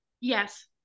Yes